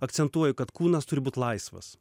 akcentuoju kad kūnas turi būt laisvas